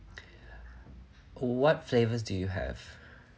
what flavors do you have